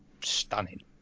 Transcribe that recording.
stunning